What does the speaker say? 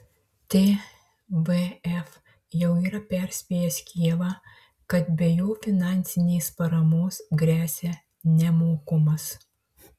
tvf jau yra perspėjęs kijevą kad be jo finansinės paramos gresia nemokumas